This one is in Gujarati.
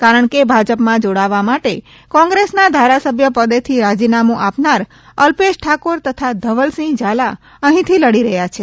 કારણ કે ભાજપમાં જોડાવા માટે કોંગ્રેસના ધારાસભ્ય પદેથી રાજીનામું આપનાર અલ્પેશ ઠાકોર તથા ધવલસિંહ ઝાલા અહીંથી લડી રહ્યાં છે